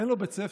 אין לו בית ספר,